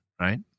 right